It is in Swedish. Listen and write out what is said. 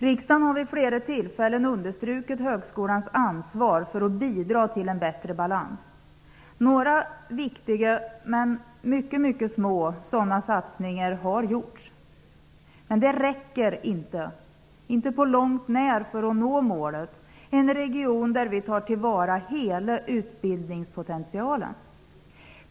Riksdagen har vid flera tillfällen understrukit högskolans ansvar för att bidra till en bättre balans. Några viktiga, men mycket små, sådana satsningar har gjorts. Men det räcker inte på långt när för att nå målet -- i en region där vi tar till vara hela utbildningspotentialen.